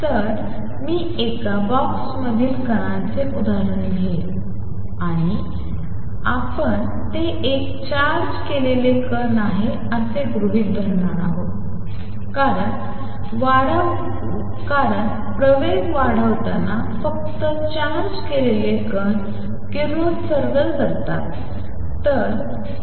तर मी एका बॉक्समधील कणांचे उदाहरण घेईन आणि आपण ते एक चार्ज केलेले कण आहे असे गृहीत धरणार आहोत कारण प्रवेग वाढवताना फक्त चार्ज केलेले कण किरणोत्सर्ग करतात